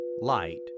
light